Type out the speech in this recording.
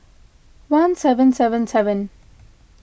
one seven seven seven